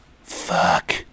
Fuck